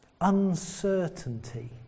uncertainty